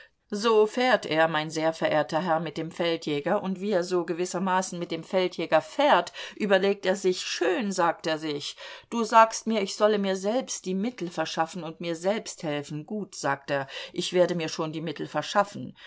so fährt er mein sehr verehrter herr mit dem feldjäger und wie er so gewissermaßen mit dem feldjäger fährt überlegt er sich schön sagt er sich du sagst mir ich solle mir selbst die mittel verschaffen und mir selbst helfen gut sagt er ich werde mir schon die mittel verschaffen